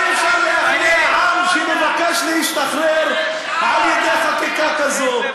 אי-אפשר להכניע עם שמבקש להשתחרר על-ידי חקיקה כזאת.